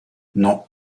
non